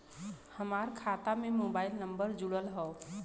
हमार खाता में मोबाइल नम्बर जुड़ल हो?